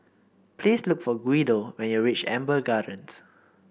please look for Guido when you reach Amber Gardens